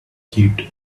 heat